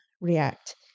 react